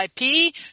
IP